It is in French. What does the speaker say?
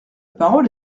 parole